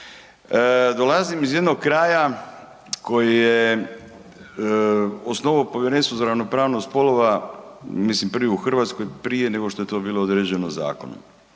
Dolazim iz jednog kraja koji je osnovao povjerenstvo za ravnopravnost spolova mislim prvi u Hrvatskoj prije nego što je to bilo određeno zakonom.